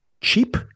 cheap